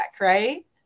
right